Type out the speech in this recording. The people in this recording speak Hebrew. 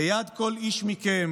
ביד כל איש מכם